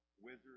wizard